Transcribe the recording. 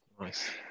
Nice